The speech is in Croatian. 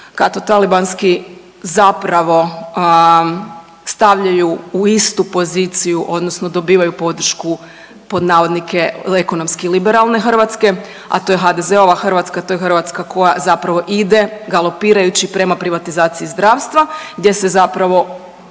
katotalibanski zapravo stavljaju u istu poziciju odnosno dobivaju podršku pod navodnike ekonomski liberalne Hrvatske, a to je HDZ-ova Hrvatska, to je Hrvatska koja zapravo ide galopirajući prema privatizaciji zdravstva gdje se zapravo